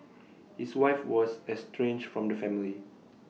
his wife was estranged from the family